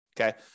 okay